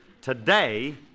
Today